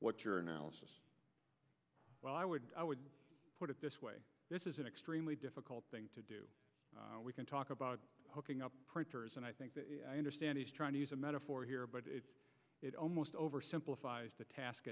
what your analysis well i would i would put it this way this is an extremely difficult thing to do we can talk about hooking up printers and i think i understand he's trying to use a metaphor here but it almost over simplifies the task